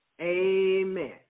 Amen